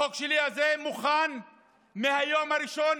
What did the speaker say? החוק הזה שלי מוכן מהיום הראשון